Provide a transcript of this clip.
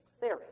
theory